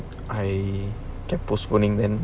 I kept postponing then